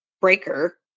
breaker